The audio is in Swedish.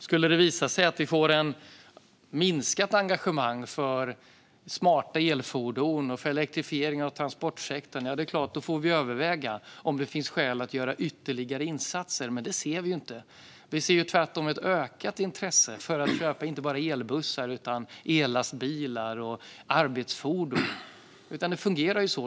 Skulle det visa sig att vi får ett minskat engagemang för smarta elfordon och för elektrifiering av transportsektorn får vi överväga om det finns skäl att göra ytterligare insatser, men det ser vi ju inte. Vi ser tvärtom ett ökat intresse för att köpa inte bara elbussar utan också ellastbilar och arbetsfordon. Det fungerar ju så.